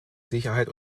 sicherheit